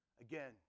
Again